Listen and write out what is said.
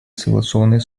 согласованные